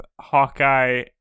Hawkeye